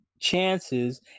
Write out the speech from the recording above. chances